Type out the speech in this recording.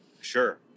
Sure